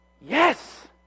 yes